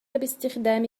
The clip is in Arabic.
باستخدام